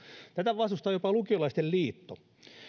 tätä vastustaa jopa lukiolaisten liitto